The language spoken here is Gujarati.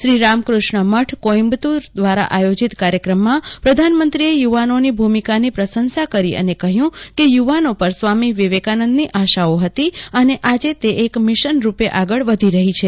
શ્રી રામકૂષ્ણ મઠ કોઇમ્બતૂર દ્વારા આયોજીત કાર્યક્રમમાં પ્રધાનમંત્રીએ યુવાનોની ભૂમિકાની પ્રશંસા કરી અને કહ્યું કે યુવાનો પર સ્વામી વિવેકાનંદની આશાઓ હતી અને આજે તે એક મિશનરૂપે આગળ વધી રહી છે